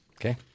Okay